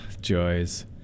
joys